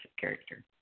character